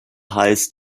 highest